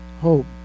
hope